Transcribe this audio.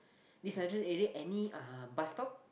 this industrial area any uh bus stop